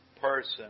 person